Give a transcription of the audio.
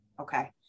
Okay